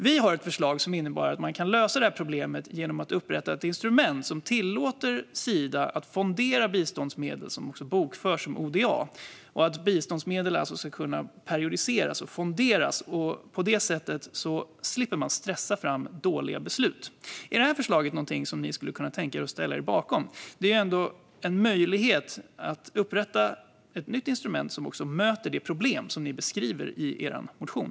Vi har ett förslag som innebär att man kan lösa det här problemet genom att upprätta ett instrument som tillåter Sida att fondera biståndsmedel som bokförs som ODA och att biståndsmedel alltså ska kunna periodiseras och fonderas. På det sättet slipper man stressa fram dåliga beslut. Är det här förslaget någonting som ni skulle kunna tänka er att ställa er bakom? Det ger ju ändå en möjlighet att upprätta ett nytt instrument som möter de problem som ni beskriver i er motion.